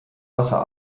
wasser